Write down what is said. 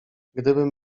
gdybym